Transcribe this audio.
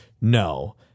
no